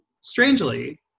Strangely